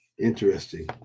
Interesting